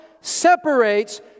separates